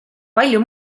palju